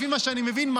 לפי מה שאני מבין,